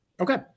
okay